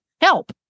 Help